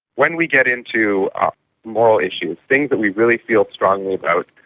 when we get into moral issues, things that we really feel strongly about,